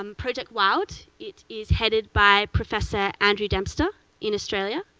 um project wild, it is headed by professor andrew dempster in australia,